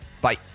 Bye